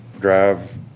Drive